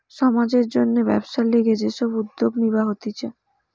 সমাজের জন্যে ব্যবসার লিগে যে সব উদ্যোগ নিবা হতিছে